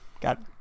Got